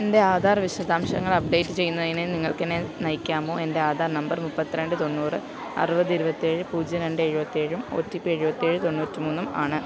എൻ്റെ ആധാർ വിശദാംശങ്ങൾ അപ്ഡേറ്റ് ചെയ്യുന്നതിന് നിങ്ങൾക്ക് എന്നെ നയിക്കാമോ എൻ്റെ ആധാർ നമ്പർ മുപ്പത്തി രണ്ട് തൊണ്ണൂറ് അറുപത് ഇരുപത്തി ഏഴ് പൂജ്യം രണ്ട് എഴുപത്തി ഏഴും ഒ ടി പി എഴുപത്തി ഏഴ് തൊണ്ണൂറ്റി മൂന്നും ആണ്